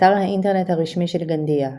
אתר האינטרנט הרשמי של גנדיה גנדיה,